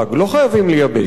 לא חייבים לייבש.